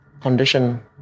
condition